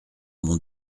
mon